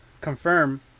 confirm